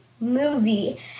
movie